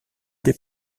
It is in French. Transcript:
des